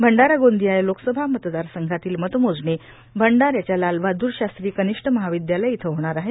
भंडारा गोंदिया या लोकसभा मतदार संघातील मतमोजणी भंडाऱ्याच्या लालबहादूर शास्त्री कनिष्ठ महाविद्यालय इथं होणार आहे